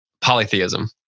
polytheism